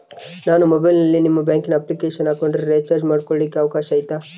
ನಾನು ಮೊಬೈಲಿನಲ್ಲಿ ನಿಮ್ಮ ಬ್ಯಾಂಕಿನ ಅಪ್ಲಿಕೇಶನ್ ಹಾಕೊಂಡ್ರೆ ರೇಚಾರ್ಜ್ ಮಾಡ್ಕೊಳಿಕ್ಕೇ ಅವಕಾಶ ಐತಾ?